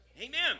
Amen